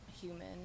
human